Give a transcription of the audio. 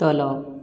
ତଳ